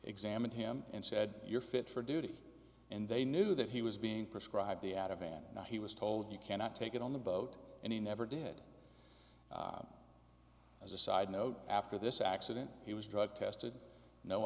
examined him and said you're fit for duty and they knew that he was being prescribed the out of hand and he was told you cannot take it on the boat and he never did as a side note after this accident he was drug tested no